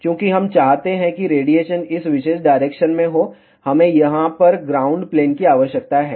चूंकि हम चाहते हैं कि रेडिएशन इस विशेष डायरेक्शन में हो हमें यहां पर ग्राउंड प्लेन की आवश्यकता है